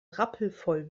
rappelvoll